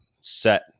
set